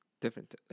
different